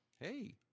hey